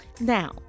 now